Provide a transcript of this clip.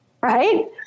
right